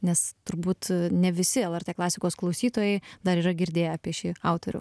nes turbūt ne visi lrt klasikos klausytojai dar yra girdėję apie šį autorių